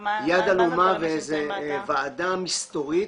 מה זה --- יד עלומה וזה ועדה מסתורית.